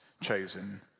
chosen